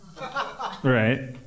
Right